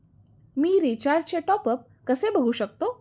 मी रिचार्जचे टॉपअप कसे बघू शकतो?